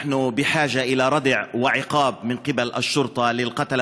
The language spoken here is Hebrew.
אנו זקוקים לכך שהמשטרה תפעל להרתיע ולהעניש את הרוצחים והפושעים,